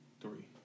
three